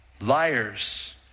liars